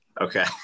Okay